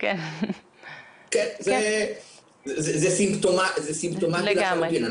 זה סימפטומטי לחלוטין.